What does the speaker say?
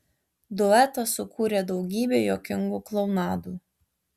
duetas sukūrė daugybę juokingų klounadų